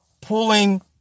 pulling